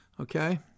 Okay